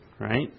right